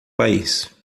país